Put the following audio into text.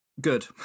Good